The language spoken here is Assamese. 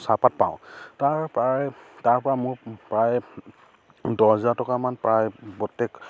চাহপাত পাওঁ তাৰ প্ৰায় তাৰপৰা মোৰ প্ৰায় দহ হাজাৰ টকামান প্ৰায় প্ৰত্যেক